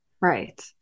Right